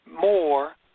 more